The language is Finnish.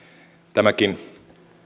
tämäkin